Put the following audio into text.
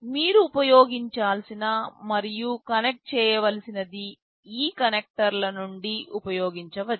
మీరు ఉపయోగించాల్సిన మరియు కనెక్ట్ చేయవలసినది ఈ కనెక్టర్ల నుండి ఉపయోగించవచ్చు